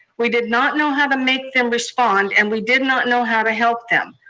we did not know how to make them respond, and we did not know how to help them.